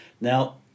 Now